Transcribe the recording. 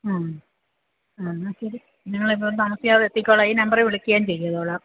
ഉം ആ എന്നാൽ ശരി ഞങ്ങളിപ്പം താസിയാതെ എത്തിക്കോളാം ഈ നമ്പറിൽ വിളിക്കുകയും ചെയ്തോളാം